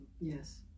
Yes